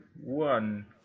one